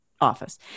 office